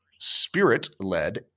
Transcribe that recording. spirit-led